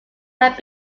have